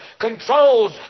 controls